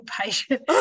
patient